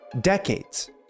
decades